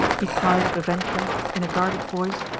he cried at a venture, in a guarded voice,